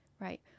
right